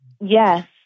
Yes